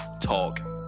Talk